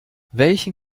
welchen